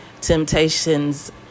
temptations